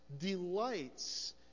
delights